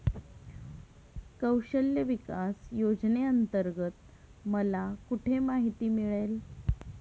कौशल्य विकास योजनेअंतर्गत मला कुठे माहिती मिळेल?